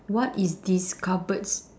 what is these cardboards